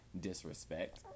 disrespect